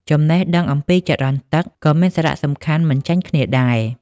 ចំណេះដឹងអំពីចរន្តទឹកក៏មានសារៈសំខាន់មិនចាញ់គ្នាដែរ។